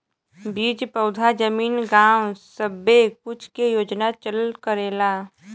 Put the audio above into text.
बीज पउधा जमीन गाव सब्बे कुछ के योजना चलल करेला